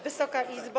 Wysoka Izbo!